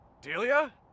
Delia